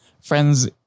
friends